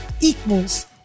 equals